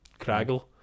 Craggle